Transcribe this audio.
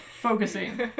Focusing